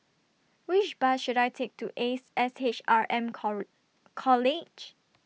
Which Bus should I Take to Ace S H R M core College